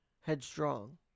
headstrong